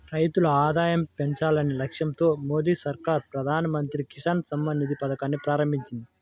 రైతుల ఆదాయం పెంచాలనే లక్ష్యంతో మోదీ సర్కార్ ప్రధాన మంత్రి కిసాన్ సమ్మాన్ నిధి పథకాన్ని ప్రారంభించింది